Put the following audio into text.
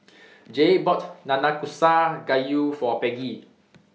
Jay bought Nanakusa Gayu For Peggy